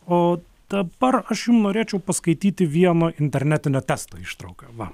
o dabar aš jum norėčiau paskaityti vieno internetinio testo ištrauką va